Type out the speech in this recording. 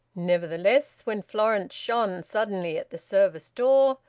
nevertheless when florence shone suddenly at the service-door,